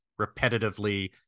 repetitively